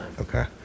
Okay